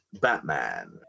Batman